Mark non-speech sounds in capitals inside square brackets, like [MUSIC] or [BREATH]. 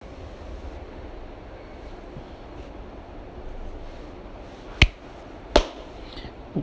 [BREATH]